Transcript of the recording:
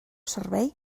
servei